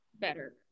better